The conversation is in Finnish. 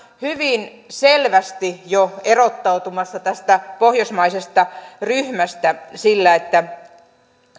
hyvin selvästi jo erottautumassa tästä pohjoismaisesta ryhmästä sillä että